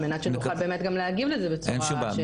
רק על מנת שנוכל באמת גם להגיב לזה בצורה שמכבדת ורצינית.